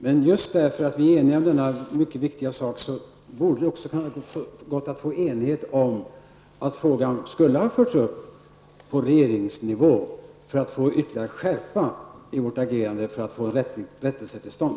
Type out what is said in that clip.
Men just därför att vi är eniga om denna viktiga sak, borde det ha gått att få enighet om att frågan skall föras upp på regeringsnivå för att åstadkomma en ytterligare skärpning av vårt agerande för att få en rättelse till stånd.